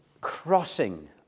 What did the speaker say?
crossing